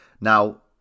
now